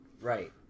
Right